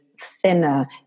thinner